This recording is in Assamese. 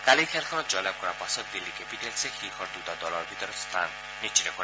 কালিৰ খেলখনত জয়লাভ কৰাৰ পাছত দিন্নী কেপিটেলছে শীৰ্ষৰ দুটা দলৰ ভিতৰত স্থান নিশ্চিত কৰে